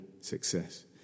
success